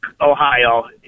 Ohio